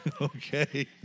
Okay